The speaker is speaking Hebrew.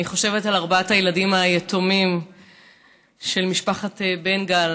אני חושבת על ארבעת הילדים היתומים של משפחת בן גל,